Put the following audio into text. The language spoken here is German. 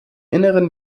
inneren